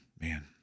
man